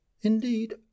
indeed